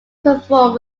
performed